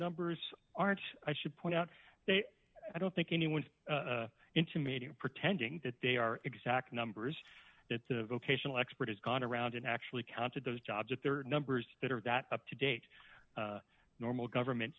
numbers aren't i should point out they i don't think anyone's intimating pretending that they are exact numbers that the vocational expert has gone around and actually counted those jobs if there are numbers that are that up to date normal government